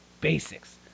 basics